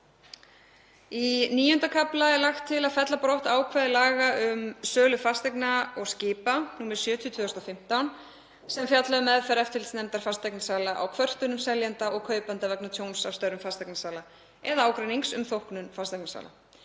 Í IX. kafla er lagt til að fella brott ákvæði laga um sölu fasteigna og skipa, nr. 70/2015, sem fjallaði um meðferð eftirlitsnefndar fasteignasala á kvörtunum seljenda og kaupenda vegna tjóns af störfum fasteignasala eða ágreinings um þóknun fasteignasala.